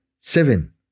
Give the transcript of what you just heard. seven